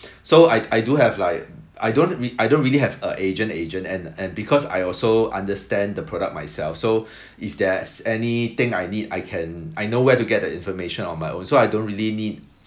so I I do have like I don't re~ I don't really have a agent agent and and because I also understand the product myself so if there's anything I need I can I know where to get the information on my own so I don't really need